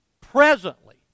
presently